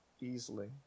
easily